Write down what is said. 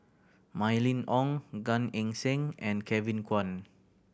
Mylene Ong Gan Eng Seng and Kevin Kwan